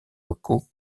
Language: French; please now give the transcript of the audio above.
locaux